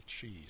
cheese